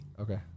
Okay